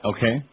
Okay